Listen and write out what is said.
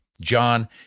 John